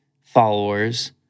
followers